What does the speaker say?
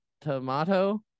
tomato